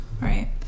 right